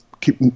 keep